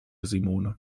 simone